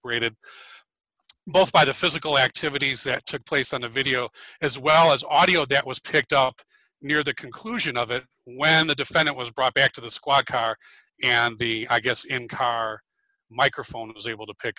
rated both by the physical activities that took place on the video as well as audio that was picked up near the conclusion of it when the defendant was brought back to the squad car and the i guess in car microphone was able to pick